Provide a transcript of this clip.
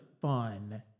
fun